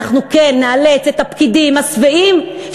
אנחנו כן נאלץ את הפקידים השבעים,